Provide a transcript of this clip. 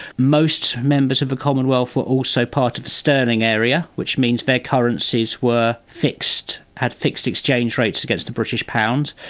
most members of the commonwealth were also part of sterling area, which means their currencies were fixed, had fixed exchange rates against the british pound.